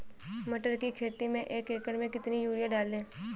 मटर की खेती में एक एकड़ में कितनी यूरिया डालें?